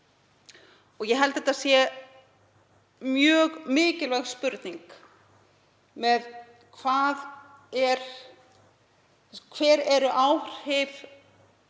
Ég held að þetta sé mjög mikilvæg spurning: Hver eru áhrif